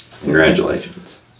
Congratulations